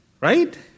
Right